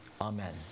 Amen